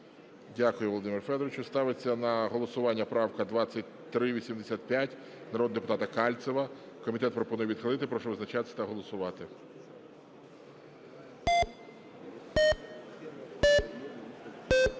Дякую, Володимире Федоровичу. Ставлю на голосування правку 2385 народного депутата Кальцева. Комітет пропонує відхилити. Прошу визначатись та голосувати.